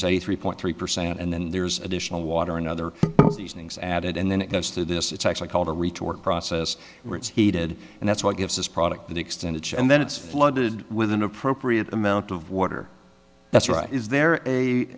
a three point three percent and then there's additional water and other things added and then it goes through this it's actually called a retort process where it's heated and that's what gives this product that extended and then it's flooded with an appropriate amount of water that's right is there a